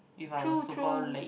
if I was super late